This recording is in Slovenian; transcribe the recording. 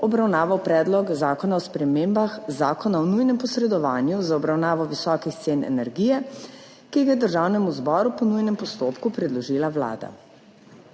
obravnaval Predlog zakona o spremembah Zakona o nujnem posredovanju za obravnavo visokih cen energije, ki ga je Državnemu zboru po nujnem postopku predložila Vlada.